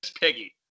piggy